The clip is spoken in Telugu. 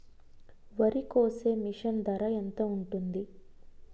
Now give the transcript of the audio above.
వరి కోసే మిషన్ ధర ఎంత ఉంటుంది?